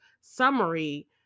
summary